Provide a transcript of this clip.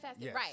right